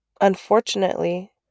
unfortunately